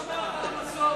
על המסורת.